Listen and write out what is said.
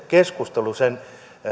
keskustelu sen